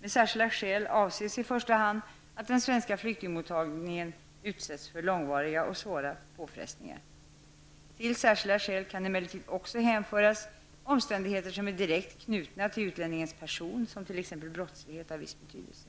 Med särskilda skäl avses i första hand att den svenska flyktingmottagningen utsätts för långvariga och svåra påfrestningar. Till särskilda skäl kan emellertid också hänföras omständigheter direkt knutna till utlänningens person, såsom t.ex. brottslighet av viss betydelse.